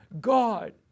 God